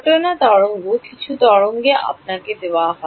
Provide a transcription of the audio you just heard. ঘটনা তরঙ্গ কিছু তরঙ্গ আপনাকে দেওয়া হয়